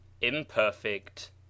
Imperfect